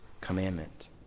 commandment